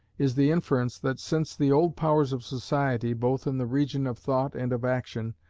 is the inference, that since the old powers of society, both in the region of thought and of action,